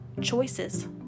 choices